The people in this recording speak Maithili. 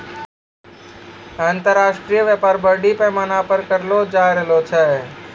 अन्तर्राष्ट्रिय व्यापार बरड़ी पैमाना पर करलो जाय रहलो छै